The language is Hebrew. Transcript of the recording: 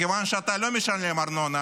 מכיוון שאתה לא משלם ארנונה